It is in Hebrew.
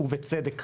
ובצדק רב,